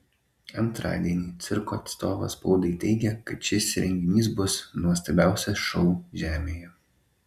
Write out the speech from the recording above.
antradienį cirko atstovas spaudai teigė kad šis renginys bus nuostabiausias šou žemėje